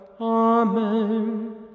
Amen